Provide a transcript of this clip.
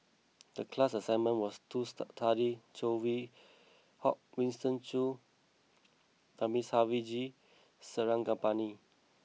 the class assignment was to study Saw Swee Hock Winston Choos Thamizhavel G Sarangapani